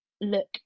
look